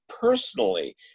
personally